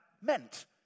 meant